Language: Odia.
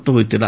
ପ୍ତ ହୋଇଥିଲା